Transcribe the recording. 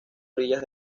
orillas